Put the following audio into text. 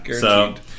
Guaranteed